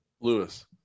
Lewis